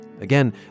Again